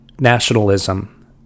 nationalism